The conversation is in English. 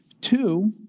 Two